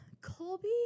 Colby